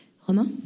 Romain